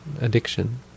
addiction